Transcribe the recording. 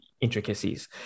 intricacies